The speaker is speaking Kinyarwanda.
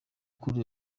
kuri